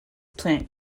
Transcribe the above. plant